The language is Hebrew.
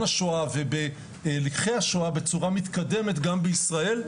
השואה ובלקחי השואה בצורה מתקדמת גם בישראל.